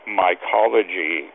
mycology